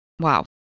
wow